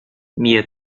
mia